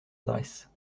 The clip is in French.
adresse